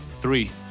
Three